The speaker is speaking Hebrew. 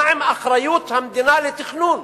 מה עם אחריות המדינה לתכנון?